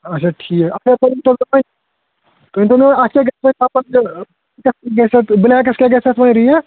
اچھا ٹھیٖک اچھا توٚتتھ تانۍ تُہۍ ؤنِو مےٚ اَتھ کیاہ گَژھِ سفیدَس تہٕ بِلیکَس کیاہ گَژھِ ریٹ